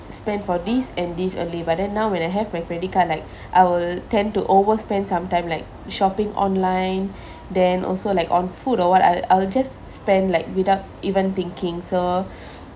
spend for this and this only but then now now when I have my credit card like I will tend to overspend sometime like shopping online then also like on food or what I'll I'll just spend like without even thinking so